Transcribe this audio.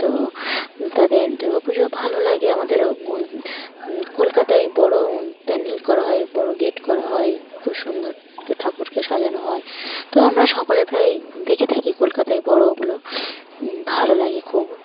তো তাদের দুর্গাপুজোও ভালো লাগে আমাদের কলকাতায় বড়ো প্যান্ডেল করা হয় বড়ো গেট করা হয় খুব সুন্দর ঠাকুরকে সাজানো হয় তো আমরা সকলে প্রায় দেখে থাকি কলকাতায় বড়ো ওগুলো ভালো লাগে খুব